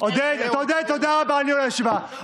תודה בגלל שעבר הזמן.